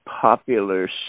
popular